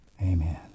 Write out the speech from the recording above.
Amen